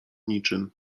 niczym